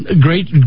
great